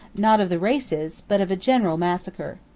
not of the races, but of a general massacre.